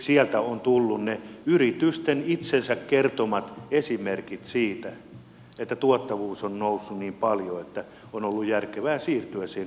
sieltä ovat tulleet ne yritysten itsensä kertomat esimerkit siitä että tuottavuus on noussut niin paljon että on ollut järkevää siirtyä siihen kuuden tunnin työpäivään